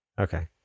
Okay